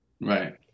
Right